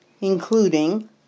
including